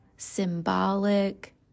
symbolic